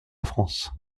france